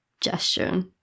gesture